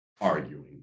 arguing